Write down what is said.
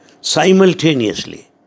simultaneously